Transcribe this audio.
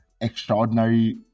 extraordinary